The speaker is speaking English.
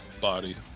body